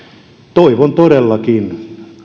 toivon todellakin